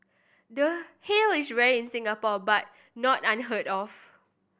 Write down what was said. the hail is rare in Singapore but not unheard of